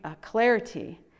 clarity